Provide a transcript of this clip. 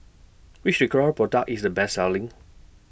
Which Ricola Product IS The Best Selling